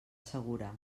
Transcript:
segura